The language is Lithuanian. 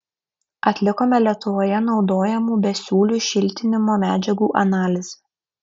atlikome lietuvoje naudojamų besiūlių šiltinimo medžiagų analizę